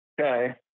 Okay